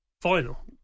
final